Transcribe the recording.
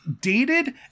dated